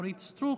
אורית מלכה סטרוק,